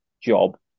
job